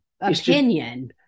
opinion